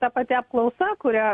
ta pati apklausa kurią